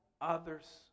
others